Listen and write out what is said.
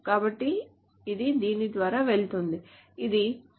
కాబట్టి ఇది దీని ద్వారా వెళుతుంది ఇది